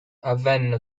avvenne